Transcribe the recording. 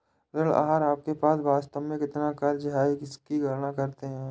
ऋण आहार आपके पास वास्तव में कितना क़र्ज़ है इसकी गणना करते है